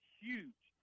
huge